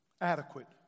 Adequate